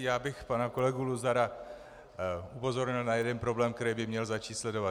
Já bych pana kolegu Luzara upozornil na jeden problém, který by měl začít sledovat.